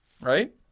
right